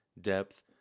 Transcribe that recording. depth